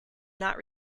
not